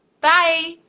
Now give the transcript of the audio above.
Bye